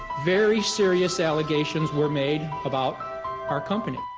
very serious allegations were made about our company.